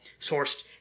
sourced